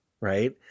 Right